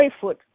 food